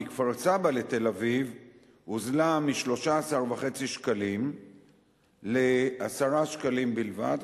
מכפר-סבא לתל-אביב הוזלה מ-13.5 שקלים ל-10 שקלים בלבד,